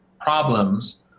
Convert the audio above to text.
problems